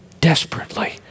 desperately